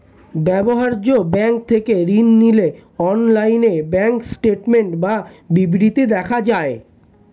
ব্যবহার্য ব্যাঙ্ক থেকে ঋণ নিলে অনলাইনে ব্যাঙ্ক স্টেটমেন্ট বা বিবৃতি দেখা যায়